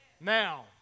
Now